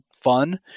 fun